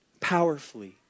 powerfully